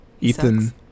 Ethan